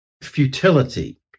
Futility